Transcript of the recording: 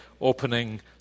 opening